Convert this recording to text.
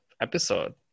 episode